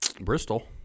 Bristol